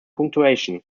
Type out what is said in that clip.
punctuation